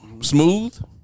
Smooth